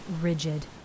rigid